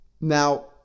Now